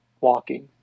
walking